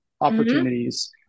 opportunities